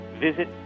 visit